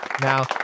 Now